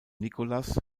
nicolás